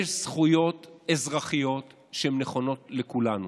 יש זכויות אזרחיות שהן נכונות לכולנו.